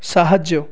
ସାହାଯ୍ୟ